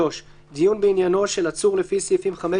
(3)דיון בעניינו של עצור לפי סעיפים 15,